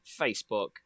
Facebook